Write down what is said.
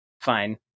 fine